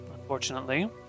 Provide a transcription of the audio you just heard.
unfortunately